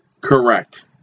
Correct